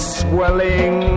swelling